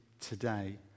today